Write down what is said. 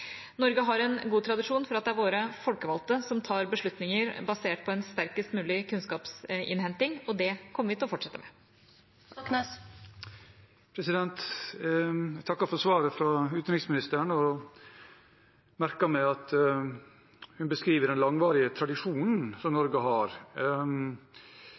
Norge har en god tradisjon for at det er våre folkevalgte som tar beslutninger basert på en sterkest mulig kunnskapsinnhenting, og det kommer vi til å fortsette med. Jeg takker for svaret fra utenriksministeren. Jeg merker meg at hun beskriver den langvarige tradisjonen som